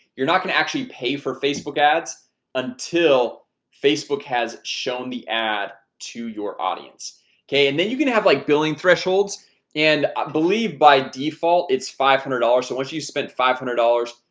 you're not gonna actually pay for facebook ads until facebook has shown the ad to your audience okay, and then you can have like billing thresholds and i believe by default. it's five hundred dollars so once you've spent five hundred dollars,